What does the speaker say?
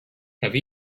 have